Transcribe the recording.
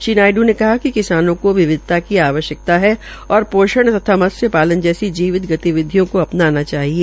श्री नायड्र ने कहा कि किसानो को विविधता की आवश्यक्ता है और पोषण तथा मत्सय पालन जैसी जीवित गतिविधियों को अपनाना चाहिए